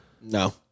No